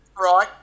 right